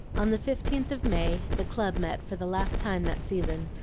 on the fifteenth of may the club met for the last time that season,